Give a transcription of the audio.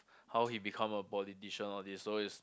how he become a politician all these so it's